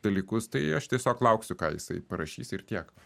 dalykus tai aš tiesiog lauksiu ką jisai parašys ir tiek